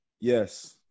Yes